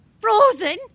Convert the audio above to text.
Frozen